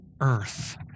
earth